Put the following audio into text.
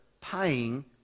paying